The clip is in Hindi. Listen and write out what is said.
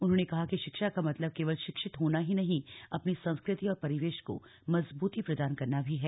उन्होंने कहा कि शिक्षा का मतलब केवल शिक्षित होना ही नही अपनी संस्कृति और परिवेश को मजबूती प्रदान करना भी है